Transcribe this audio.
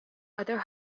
other